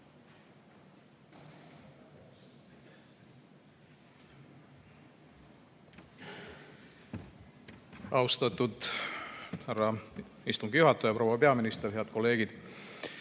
Austatud härra istungi juhataja! Proua peaminister! Head kolleegid!